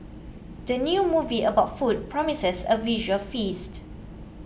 the new movie about food promises a visual feast